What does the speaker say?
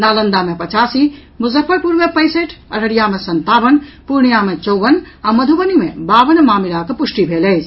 नालंदा मे पचासी मुजफ्फरपुर मे पैंसठि अररिया मे संतावन पूर्णियां मे चौवन आ मधुबनी मे बावन मामिलाक पुष्टि भेल अछि